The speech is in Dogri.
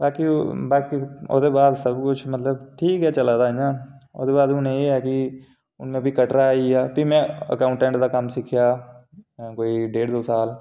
बाकी बाकी ओह्दे बाद सब किश मतलब ठीक गै चला दा इ'यां ओह्दे बाद हून एह् ऐ गी में भी कटरै आई आ में भी अकाऊंटैंट दा कम्म सिक्खेआ कोई डेढ़ दऊ साल